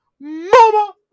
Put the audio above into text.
mama